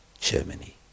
Germany